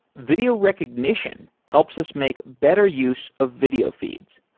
video recognition helps us make better use of video feeds.